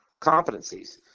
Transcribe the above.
competencies